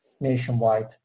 nationwide